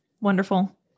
Wonderful